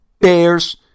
Bears